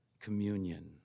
communion